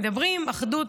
מדברים: אחדות,